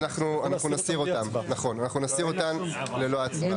אנחנו נסיר אותן ללא הצבעה.